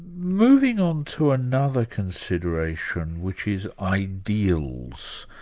moving on to another consideration which is ideals.